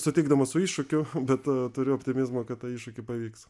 sutikdamas su iššūkiu bet turiu optimizmo kad tą iššūkį pavyks